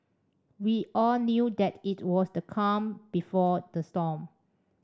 we all knew that it was the calm before the storm